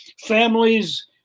families